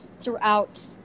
throughout